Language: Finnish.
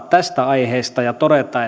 tästä aiheesta ja todeta että on